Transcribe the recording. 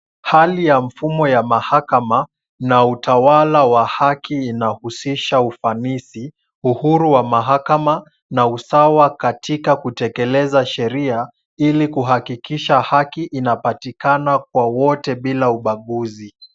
Hali ya mfumo ya mahakama na utawala wa haki inahusisha ufanisi, uhuru wa mahakama, na usawa katika kutekeleza sheria ili kuhakikisha haki inapatikana kwa wote bila ubaguzi.